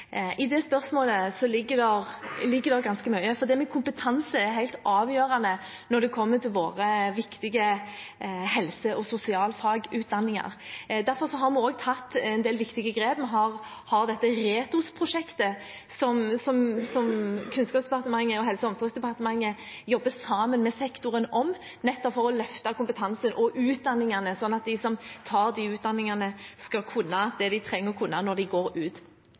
I det spørsmålet ligger det ganske mye, for det med kompetanse er helt avgjørende når det gjelder våre viktige helse- og sosialfagutdanninger. Derfor har vi også tatt en del viktige grep. Vi har RETHOS-prosjektet, som Kunnskapsdepartementet og Helse- og omsorgsdepartementet jobber sammen med sektoren om, nettopp for å løfte kompetansen og utdanningene slik at de som tar de utdanningene, skal kunne det de trenger å kunne når de går ut.